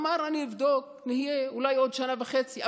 אמר: אני אבדוק, נראה, אולי עוד שנה וחצי.